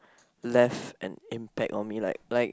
left an impact on me like like